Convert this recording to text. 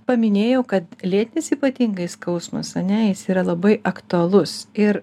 paminėjau kad lėtinis ypatingai skausmas ane jis yra labai aktualus ir